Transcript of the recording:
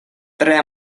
tre